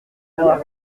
moi